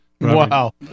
wow